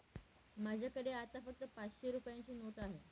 माझ्याकडे आता फक्त पाचशे रुपयांची नोट आहे